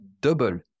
double